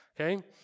okay